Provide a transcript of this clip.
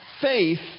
faith